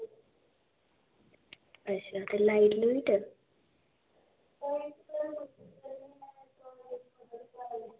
अच्छा ते लाइट लुइट